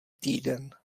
týden